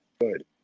Good